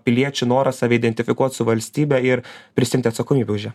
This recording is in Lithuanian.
piliečių norą save identifikuot su valstybe ir prisiimti atsakomybę už ją